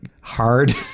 hard